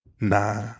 Nah